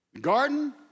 Garden